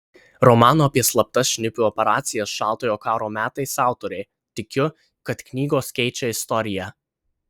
romano apie slaptas šnipių operacijas šaltojo karo metais autorė tikiu kad knygos keičia istoriją